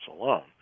alone